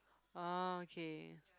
oh okay